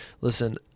listen